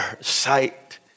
sight